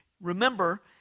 Remember